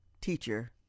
teacher